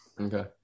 okay